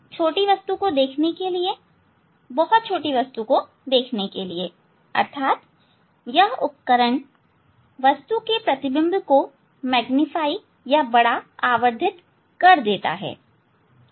छोटी वस्तु को देखने के लिए बहुत छोटी वस्तु को देखने के लिए अर्थात यह उपकरण वस्तु के प्रतिबिंब को मैग्नीफाइ कर देता है